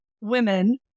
women